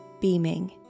beaming